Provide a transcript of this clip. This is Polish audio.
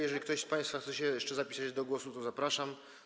Jeżeli ktoś z państwa chce się jeszcze zapisać do głosu, to zapraszam.